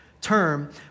term